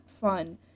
fun